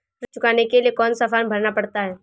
ऋण चुकाने के लिए कौन सा फॉर्म भरना पड़ता है?